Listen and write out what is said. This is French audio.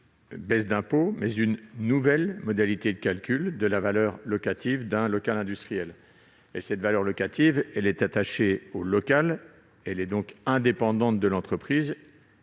une baisse d'impôts : il fixe une nouvelle modalité de calcul de la valeur locative d'un local industriel. Or cette valeur locative est attachée à un local, elle est donc indépendante de l'entreprise